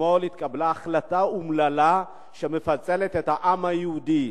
אתמול התקבלה החלטה אומללה, שמפצלת את העם היהודי.